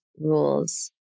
Rules